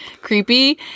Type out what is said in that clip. creepy